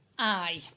Aye